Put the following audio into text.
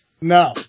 No